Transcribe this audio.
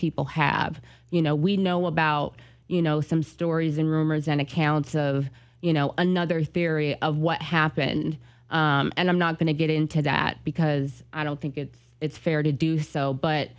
people have you know we know about you know some stories and rumors and accounts of you know another theory of what happened and i'm not going to get into that because i don't think it's fair to do so but